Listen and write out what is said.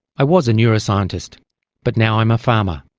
i was a neuroscientist but now i'm a farmer,